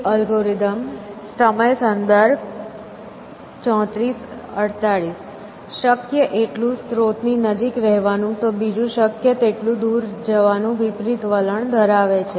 એક અલ્ગોરિધમ શક્ય એટલું સ્રોતની નજીક રહેવાનું તો બીજું શક્ય તેટલું દૂર જવાનું વિપરીત વલણ ધરાવે છે